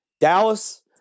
Dallas